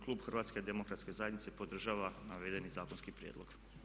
Klub HDZ-a podržava navedeni zakonski prijedlog.